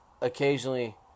occasionally